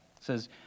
says